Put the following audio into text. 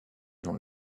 dans